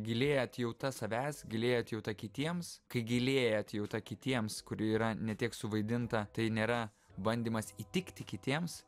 gilėja atjauta savęs gilėja atjauta kitiems kai gilėja atjauta kitiems kuri yra ne tiek suvaidinta tai nėra bandymas įtikti kitiems